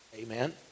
Amen